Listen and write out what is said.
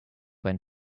went